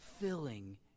filling